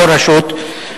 בכל רשות,